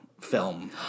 film